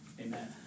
Amen